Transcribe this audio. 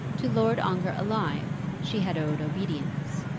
to lord ongar alive she had owed obedience,